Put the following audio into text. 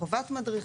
חובת מדריך.